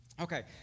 Okay